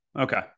okay